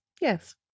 yes